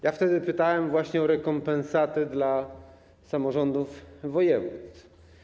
Ja wtedy pytałem właśnie o rekompensatę dla samorządów województw.